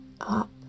up